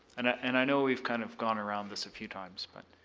and ah and i know we've kind of gone around this a few times, but.